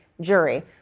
jury